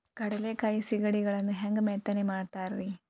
ಕಡಲೆಕಾಯಿ ಸಿಗಡಿಗಳನ್ನು ಹ್ಯಾಂಗ ಮೆತ್ತನೆ ಮಾಡ್ತಾರ ರೇ?